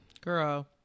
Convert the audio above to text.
girl